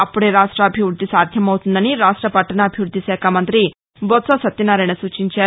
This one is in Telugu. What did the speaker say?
అప్పుదే రాష్ట్రాభివృద్ధి సాధ్యమవుతుందని రాష్ట్ర పట్టణాభివృద్ది శాఖ మంతి బొత్స సత్యనారాయణ సూచించారు